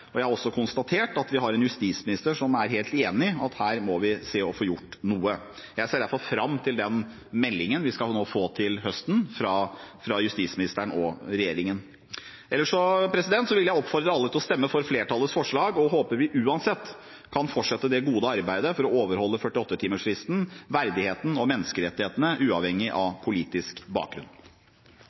Jeg har også konstatert at vi har en justisminister som er helt enig i at vi her må se å få gjort noe. Jeg ser derfor fram til den meldingen vi nå skal få til høsten fra justisministeren og regjeringen. Ellers vil jeg oppfordre alle til å stemme for flertallets forslag og håper vi uansett kan fortsette det gode arbeidet for å overholde 48-timersfristen, verdigheten og menneskerettighetene uavhengig av politisk bakgrunn.